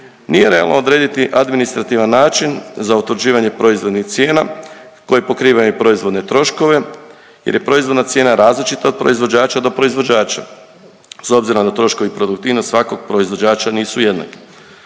nije realno odrediti administrativan način za utvrđivanje proizvodnih cijena koji pokrivaju proizvodne troškove jer je proizvodna cijena različita od proizvođača do proizvođača s obzirom da troškovi i produktivnost svakog proizvođača nisu jednaki.